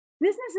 Businesses